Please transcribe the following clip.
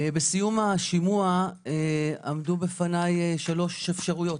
בסיום השימוע עמדו בפניי שלוש אפשרויות,